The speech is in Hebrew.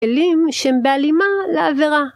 כלים שהם בהלימה לעבירה.